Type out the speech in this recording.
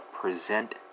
present